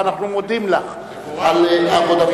ואנחנו מודים לך על עבודתך.